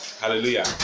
Hallelujah